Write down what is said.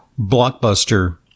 blockbuster